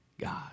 God